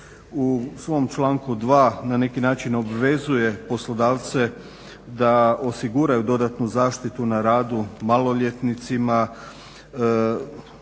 u svom članku 2. na neki način obvezuje poslodavce da osiguraju dodatnu zaštitu na radu maloljetnicima,